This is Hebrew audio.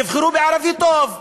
תבחרו בערבי טוב,